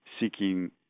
seeking